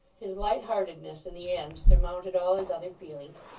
his light-heartedness in the end surmounted all his other feelings,